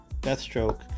Deathstroke